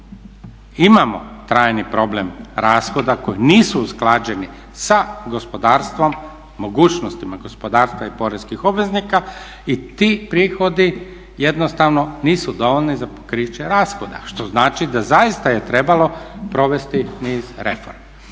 imamo trajni problem rashoda koji nisu usklađeni sa gospodarstvom, mogućnostima gospodarstva i poreznih obveznika i ti prihodi jednostavno nisu dovoljni za pokriće rashoda. Što znači da zaista je trebalo provesti niz reformi.